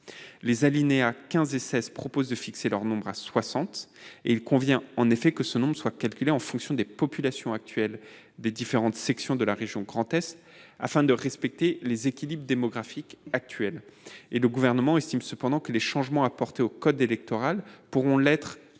Les alinéas 15 et 16 prévoient de fixer leur nombre à soixante. Il convient en effet que ce nombre soit calculé en fonction des populations actuelles des différentes sections de la région Grand Est, afin de respecter les équilibres démographiques actuels. Le Gouvernement estime cependant que les changements à apporter au code électoral pourront l'être par voie